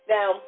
Now